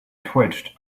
twitched